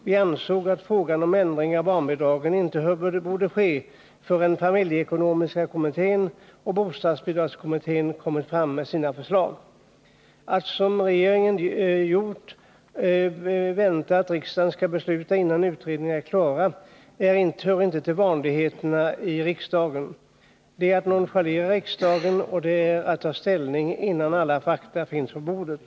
Vi ansåg att någon ändring av barnbidragen inte borde ske förrän Torsdagen den familjeekonomiska kommittén och bostadsbidragskommittén kommit med 4 juni 1981 sina förslag. Att, såsom regeringen gjort, vänta att riksdagen skall besluta innan Utformningen av utredningarna är klara, hör inte till vanligheterna. Det är att nonchalera = ett ekonomiskt riksdagen och att ta ställning innan alla fakta finns på bordet.